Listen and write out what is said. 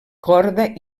corda